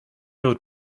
old